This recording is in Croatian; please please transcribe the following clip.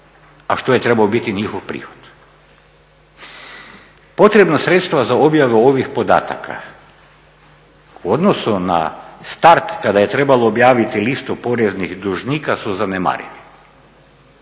a što je trebao biti njihov prihod. Potrebna sredstva za objavu ovih podataka u odnosu na start kada je trebalo objaviti listu poreznih dužnika su zanemarivi.